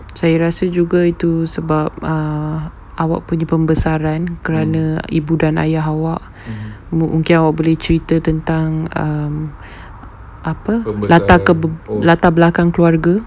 saya rasa juga itu sebab err awak punya pembesaran kerana ibu dan ayah awak mungkin awak boleh cerita tentang um apa latar latar belakang keluarga